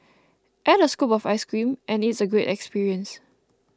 add a scoop of ice cream and it's a great experience